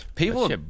people